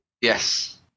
Yes